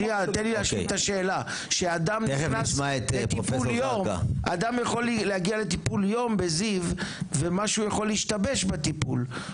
שאדם נכנס לטיפול יום בזיו ומשהו יכול להשתבש בטיפול,